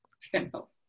simple